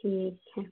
ठीक है